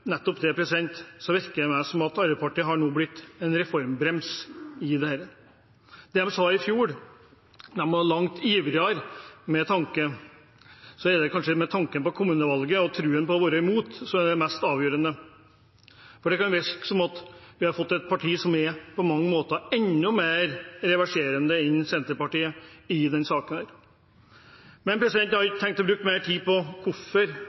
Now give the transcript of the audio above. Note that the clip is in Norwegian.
nettopp det med tannhelse, og for meg virker det som Arbeiderpartiet nå har blitt en reformbrems i dette. I fjor var de langt ivrigere. Så det er kanskje tanken på kommunevalget og det å være imot som er det mest avgjørende, for det kan virke som om vi har fått et parti som på mange måter er enda mer reverserende enn Senterpartiet i denne saken. Men jeg har ikke tenkt å bruke mer tid på hvorfor